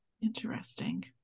Interesting